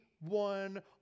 one